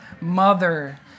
mother